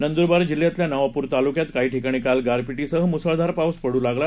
नंदूरबार जिल्ह्यातल्या नवापूर तालुक्यात काही ठिकाणी काल गारपीटीसह मुसळधार पाऊस पड लागला